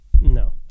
No